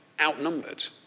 outnumbered